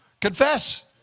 Confess